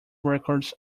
records